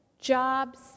jobs